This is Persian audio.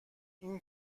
این